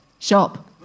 Shop